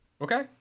Okay